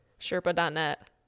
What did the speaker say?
Sherpa.net